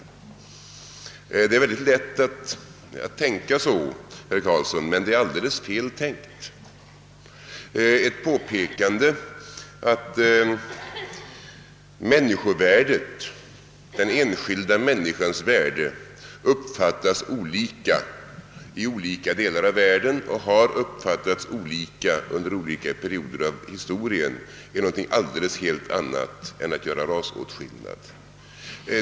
Det är mycket lätt att tänka så, herr Carlsson, men det är alldeles fel tänkt. Ett påpekande att den enskilda människans värde uppfattas olika i olika delar av världen och har uppfattats olika under olika perioder av historien är något helt annat än att göra rasåtskillnad.